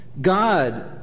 God